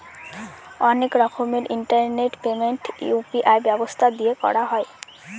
অনেক রকমের internet payment UPI ব্যবস্থা দিয়ে করা হয়